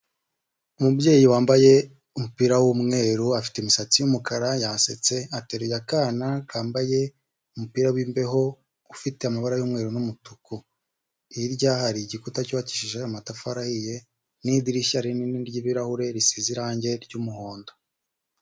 Umubyeyi wambaye umupira w'umweru afite imisatsi y'umukara; yasetse, aterura akana kambaye umupira w'imbeho ufite amabara y'umweru n'umutuku; hirya hari igikuta cyubakishije amatafari ahiye; n'idirishya rinini ry'ibirahure risize irangi ry'umuhondo.